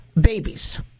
babies